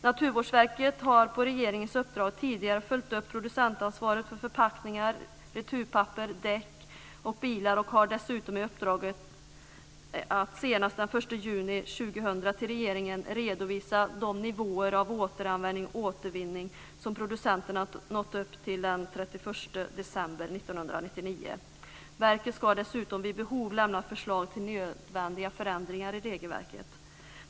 Naturvårdsverket har på regeringens uppdrag tidigare följt upp producentansvaret för förpackningar, returpapper, däck och bilar och har dessutom i uppdrag att senast den 1 juni 2000 till regeringen redovisa de nivåer av återanvändning och återvinning som producenterna nått upp till den 31 december 1999. Verket ska dessutom vid behov lämna förslag till nödvändiga förändringar i regelverket.